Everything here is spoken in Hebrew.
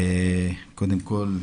קודם כול,